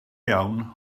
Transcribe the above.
iawn